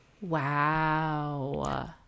Wow